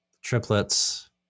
triplets